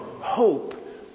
Hope